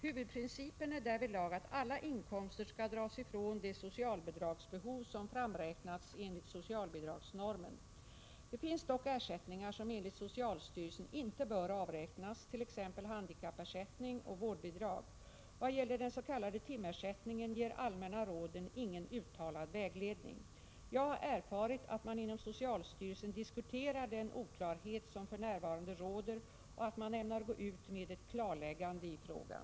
Huvudprincipen är därvidlag att alla inkomster skall dras från det socialbidragsbehov som framräknats enligt socialbidragsnormen. Det finns dock ersättningar som enligt socialstyrelsen inte bör avräknas, t.ex. handikappersättning och vårdbidrag. Vad gäller den s.k. timersättningen ger de allmänna råden ingen uttalad vägledning. Jag har erfarit att man inom socialstyrelsen diskuterar den oklarhet som för närvarande råder och att man ämnar gå ut med ett klarläggande i frågan.